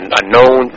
unknown